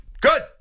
Good